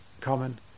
common